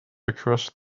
across